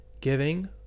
giving